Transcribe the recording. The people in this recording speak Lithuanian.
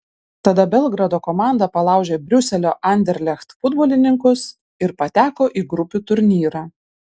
tada belgrado komanda palaužė briuselio anderlecht futbolininkus ir pateko į grupių turnyrą